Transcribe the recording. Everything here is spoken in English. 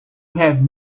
have